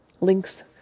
links